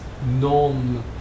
non